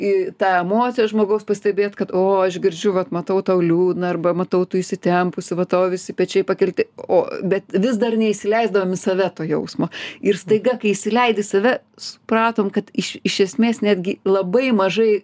į tą emociją žmogaus pastebėt kad o aš girdžiu vat matau tau liūdna arba matau tu įsitempusi va tavo visi pečiai pakelti o bet vis dar neįsileisdavom į save to jausmo ir staiga kai įsileidi į save supratom kad iš iš esmės netgi labai mažai